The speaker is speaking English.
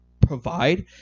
provide